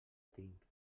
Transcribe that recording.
tinc